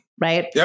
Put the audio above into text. Right